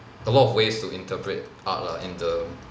a lot of ways to interpret art lah in the